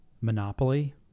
monopoly